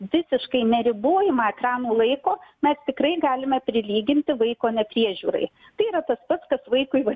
visiškai neribojimą ekranų laiko mes tikrai galime prilyginti vaiko nepriežiūrai tai yra tas pats kas vaikui va